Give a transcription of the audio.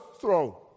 throne